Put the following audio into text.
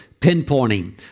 pinpointing